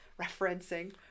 Referencing